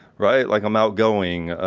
right? like i'm outgoing.